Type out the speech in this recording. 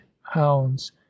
hounds